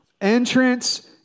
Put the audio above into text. Entrance